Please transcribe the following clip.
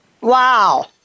Wow